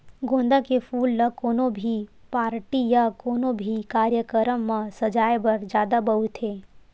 गोंदा के फूल ल कोनो भी पारटी या कोनो भी कार्यकरम म सजाय बर जादा बउरथे